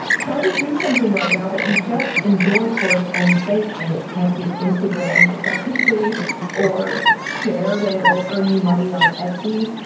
try to do something right now that you just enjoy for its own sake and it can't be instagrammed effectively or shared and it won't earn you money on etsy.